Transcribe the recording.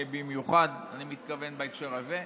במיוחד אני מתכוון בהקשר הזה,